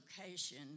location